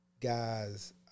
guys